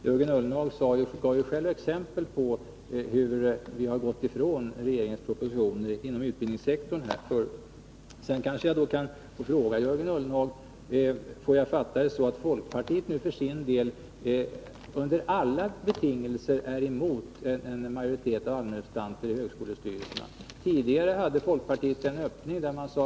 Jörgen Ullenhag gav f. ö. själv exempel på att vi förut har frångått regeringens proposition när det gäller utbildningssektorn. Får jag då fråga Jörgen Ullenhag om folkpartiet för sin del under alla betingelser är emot en majoritet av allmänrepresentanter i högskolestyrelserna. Tidigare hade folkpartiet en öppning.